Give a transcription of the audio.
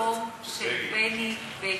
הלאום של בני בגין?